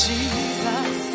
Jesus